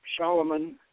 Solomon